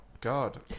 God